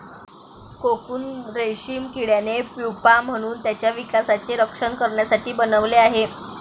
cocoon रेशीम किड्याने pupa म्हणून त्याच्या विकासाचे रक्षण करण्यासाठी बनवले आहे